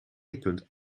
zijn